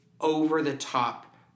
over-the-top